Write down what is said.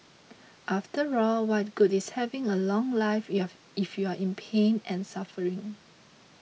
after all what good is having a long life you have if you're in pain and suffering